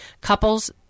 couples